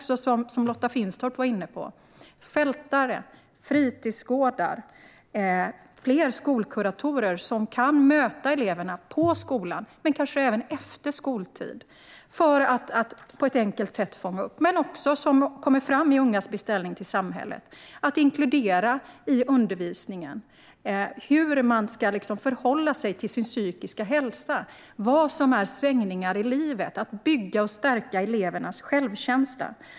Som Lotta Finstorp var inne på handlar det även om fältare, fritidsgårdar och fler skolkuratorer som kan möta eleverna på skolan - men kanske även efter skoltid - för att på ett enkelt sätt fånga upp dem. Det som också kommer fram i Ungas beställning till samhället är att inkludera i undervisningen hur man ska förhålla sig till sin psykiska hälsa. Vad är svängningar i livet? Det handlar om att bygga och stärka elevernas självkänsla.